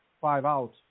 five-out